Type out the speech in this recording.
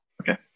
Okay